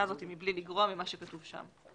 הזאת היא מבלי לגרוע ממה שכתוב שם.